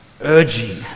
urging